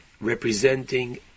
representing